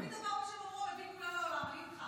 כל האומר דבר בשם אומרו מביא גאולה לעולם.